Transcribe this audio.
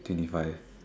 twenty five